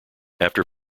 after